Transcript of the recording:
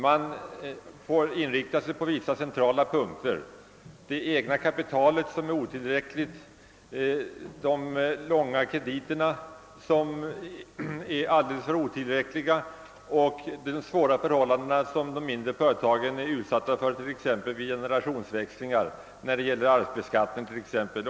Man får inrikta sig på vissa centrala punkter: det egna kapitalet, de långa krediterna, som är alldeles otillräckliga, och de svåra förhållanden som de mindre företagen blir utsatta för vid exempelvis generationsväxlingar när det gäller arvsbeskattning o.d.